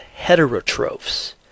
heterotrophs